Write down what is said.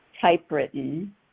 typewritten